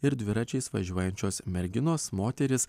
ir dviračiais važiuojančios merginos moterys